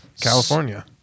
California